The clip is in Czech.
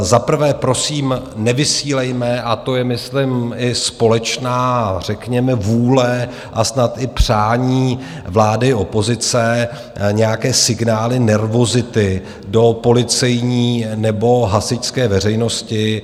Za prvé, prosím, nevysílejme a to je myslím i společná řekněme vůle a snad i přání vlády i opozice nějaké signály nervozity do policejní nebo hasičské veřejnosti.